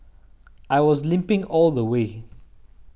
I was limping all the way